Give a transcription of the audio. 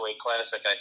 Classic